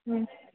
हूं